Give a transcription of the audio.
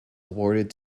awarded